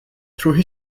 through